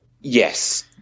yes